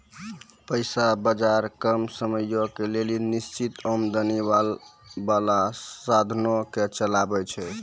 पैसा बजार कम समयो के लेली निश्चित आमदनी बाला साधनो के चलाबै छै